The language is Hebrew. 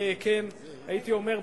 הייתי אומר,